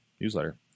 newsletter